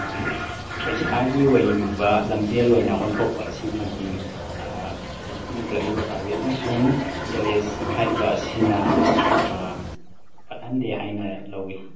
ꯄꯩꯁꯥꯒꯤ ꯑꯣꯏꯕ ꯂꯝꯖꯦꯜ ꯑꯣꯏꯅ ꯑꯣꯟꯊꯣꯛꯄ ꯑꯁꯤꯃꯗꯤ ꯍꯧꯖꯤꯛꯀꯤ ꯂꯤꯡꯈꯠꯂꯛꯂꯤꯕ ꯄ꯭ꯔꯥꯏꯚꯦꯠ ꯑꯃꯁꯨꯡ ꯀꯣꯂꯦꯖ ꯍꯥꯏꯔꯤꯕ ꯑꯁꯤꯅ ꯐꯠꯍꯟꯗꯦ ꯍꯥꯏꯅ ꯂꯧꯋꯤ